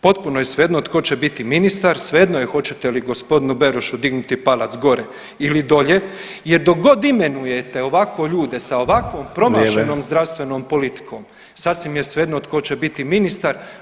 Potpuno je svejedno tko će biti ministar, svejedno je hoćete li g. Berošu dignuti palac gore ili dolje jer dok god imenujete ovako ljude sa ovakvom promašenom [[Upadica: Vrijeme.]] zdravstvenom politikom, sasvim je svejedno tko će biti ministar.